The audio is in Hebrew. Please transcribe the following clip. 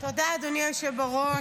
תודה, אדוני היושב בראש.